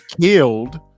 killed